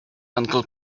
uncle